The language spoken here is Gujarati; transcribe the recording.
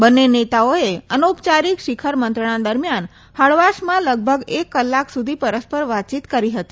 બંને નેતાઓઐ અનૌપચારિક શિખલ મંત્રણા દરમિયાન હળવાશમાં લગભગ એક કલાક સુધી પરસ્પર વાતચીત કરી હતી